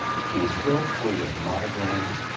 she is still free of migraines,